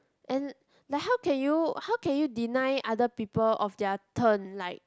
and like how can you how can you deny other people of their turn like